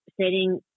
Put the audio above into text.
setting